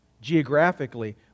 geographically